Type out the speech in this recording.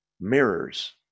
mirrors